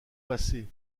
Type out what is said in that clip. passé